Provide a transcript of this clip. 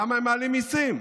למה הם מעלים מיסים?